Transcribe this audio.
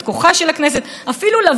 לבוא, לכבד אותנו ולהיות פה.